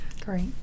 Great